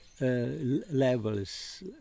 levels